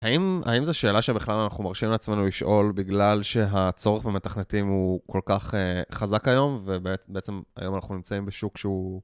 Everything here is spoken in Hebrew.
האם זו שאלה שבכלל אנחנו מרשימים לעצמנו לשאול בגלל שהצורך במתכנתים הוא כל כך חזק היום, ובעצם היום אנחנו נמצאים בשוק שהוא...